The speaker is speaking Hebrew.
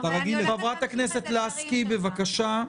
חברת הכנסת לסקי, בבקשה.